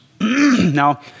Now